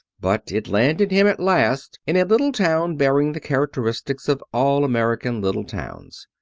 but it landed him at last in a little town bearing the characteristics of all american little towns.